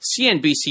CNBC